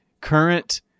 current